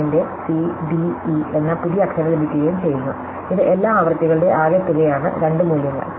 43 ന്റെ C D E എന്ന പുതിയ അക്ഷരം ലഭിക്കുകയും ചെയ്യുന്നു ഇത് എല്ലാ ആവൃത്തികളുടെ ആകെത്തുകയാണ് രണ്ട് മൂല്യങ്ങൾ